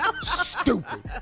Stupid